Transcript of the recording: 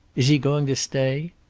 is he going to stay?